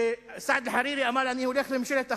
כשסעד חרירי אמר: אני הולך לממשלת אחדות,